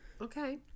Okay